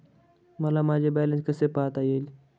मला माझे बॅलन्स कसे पाहता येईल?